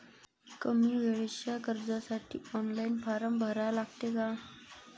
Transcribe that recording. कमी वेळेच्या कर्जासाठी ऑनलाईन फारम भरा लागते का?